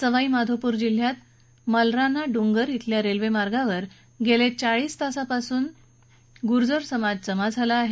सवाईमाधोपूर जिल्ह्यातील मालराना डुंगर इथल्या रेल्वेमार्गावर गेले चाळीस तासापासून गुर्जर समाज जमा झाला आहे